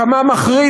כמה מחריד,